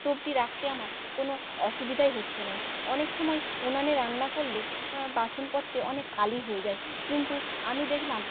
স্টোভটি রাখতে আমার কোনো অসুবিধাই হচ্ছে না অনেক সময় উনানে রান্না করলে বাসনপত্রে অনেক কালি হয়ে যায় কিন্তু আমি দেখলাম